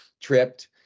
Tripped